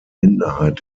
minderheit